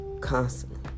Constantly